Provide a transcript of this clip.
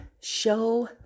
show